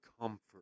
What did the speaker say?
comfort